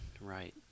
Right